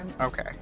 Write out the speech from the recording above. Okay